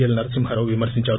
L Narasimharao విమర్పించారు